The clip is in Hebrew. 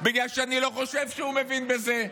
בגלל שאני לא חושב שהוא מבין בזה.